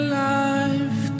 life